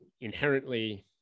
inherently